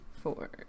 Four